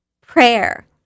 prayer